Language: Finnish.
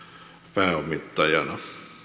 pääomittajana